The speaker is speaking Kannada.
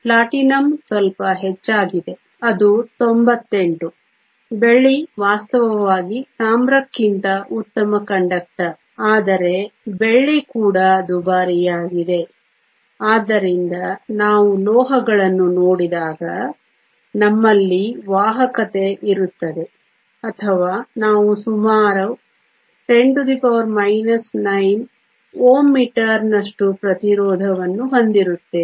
ಪ್ಲಾಟಿನಂ ಸ್ವಲ್ಪ ಹೆಚ್ಚಾಗಿದೆ ಅದು 98 ಬೆಳ್ಳಿ ವಾಸ್ತವವಾಗಿ ತಾಮ್ರಕ್ಕಿಂತ ಉತ್ತಮ ಕಂಡಕ್ಟರ್ ಆದರೆ ಬೆಳ್ಳಿ ಕೂಡ ದುಬಾರಿಯಾಗಿದೆ ಆದ್ದರಿಂದ ನಾವು ಲೋಹಗಳನ್ನು ನೋಡಿದಾಗ ನಮ್ಮಲ್ಲಿ ವಾಹಕತೆ ಇರುತ್ತದೆ ಅಥವಾ ನಾವು ಸುಮಾರು 10 9 Ω m ನಷ್ಟು ಪ್ರತಿರೋಧವನ್ನು ಹೊಂದಿರುತ್ತೇವೆ